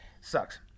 Sucks